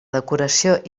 decoració